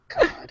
God